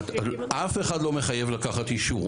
אף אחד לא מחייב לקחת אישור,